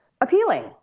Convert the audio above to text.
appealing